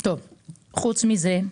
חוץ מזה,